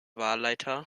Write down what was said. wahlleiter